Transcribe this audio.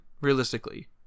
Realistically